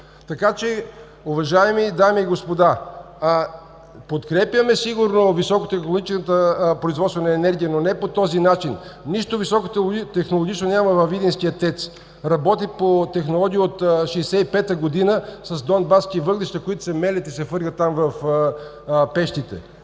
Така че, уважаеми дами и господа, подкрепяме сигурно високотехнологичната производствена енергия, но не по този начин. Нищо високотехнологично няма във видинския ТЕЦ, работи по технология от 1965 г. с донбаски въглища, които се мелят и се хвърлят в пещите